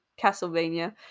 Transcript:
Castlevania